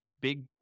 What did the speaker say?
big